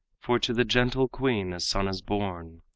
for to the gentle queen a son is born,